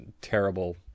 terrible